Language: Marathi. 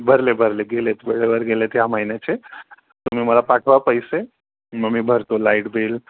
भरले भरले गेलेत वेळेवर गेलेत ह या महिन्याचे तुम्ही मला पाठवा पैसे मग मी भरतो लाईट बिल